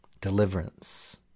deliverance